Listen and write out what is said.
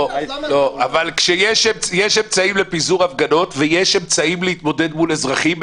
אבל יש אמצעים לפיזור הפגנות ויש אמצעים להתמודד מול אזרחים,